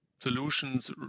solutions